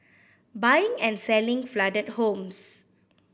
buying and selling flooded homes